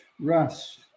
Russ